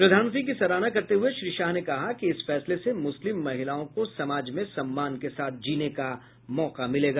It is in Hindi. प्रधानमंत्री की सराहना करते हुए श्री शाह ने कहा कि इस फैसले से मुस्लिम महिलाओं को समाज में सम्मान के साथ जीने का मौका मिलेगा